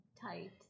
Tight